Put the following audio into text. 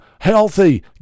healthy